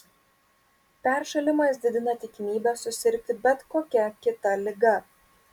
peršalimas didina tikimybę susirgti bet kokia kita liga